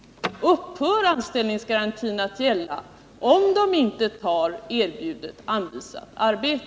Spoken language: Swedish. Upphör anställningsgarantin att gälla om de inte tar ett erbjudet arbete?